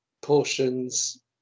portions